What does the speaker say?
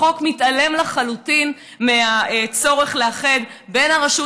החוק מתעלם לחלוטין מהצורך לאחד בין הרשות